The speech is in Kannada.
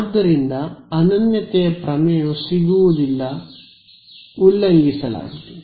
ಆದ್ದರಿಂದ ಅನನ್ಯತೆಯ ಪ್ರಮೇಯವು ಸಿಗುವುದಿಲ್ಲ ಉಲ್ಲಂಘಿಸಲಾಗಿದೆ